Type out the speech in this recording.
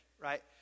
right